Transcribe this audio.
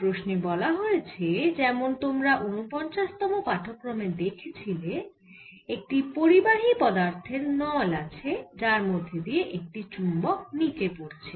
এই প্রশ্নে বলা হয়েছে যেমন তোমরা উনপঞ্চাশতম পাঠক্রমে দেখেছিলে একটি পরিবাহী পদার্থের নল আছে যার মধ্যে দিয়ে একটি চুম্বক নিচে পড়ছে